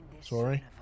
sorry